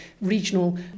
regional